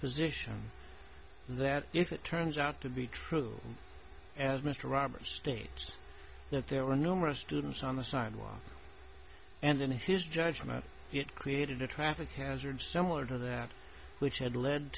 position that if it turns out to be true as mr roberts states that there were numerous students on the sidewalk and in his judgment he had created a traffic hazard similar to that which had led